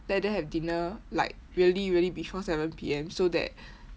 let them have dinner like really really before seven P_M so that